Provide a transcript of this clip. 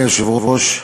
אדוני היושב-ראש,